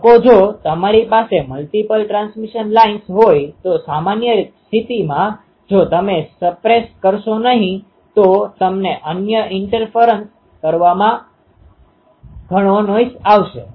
લોકો જો તમારી પાસે મલ્ટીપલmultipleઘણા ટ્રાન્સમિશન લાઇન્સ હોય તો સામાન્ય સ્થિતિમાં જો તમે સપ્રેસ suppressદબાવ કરશો નહીં તો તમને અન્ય ઇન્ટરફીઅરંસ interference દખલ કરવામાં ઘણો નોઈસ આવશે